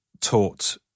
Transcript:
taught